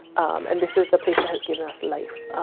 um and this is the place that has given us life. ah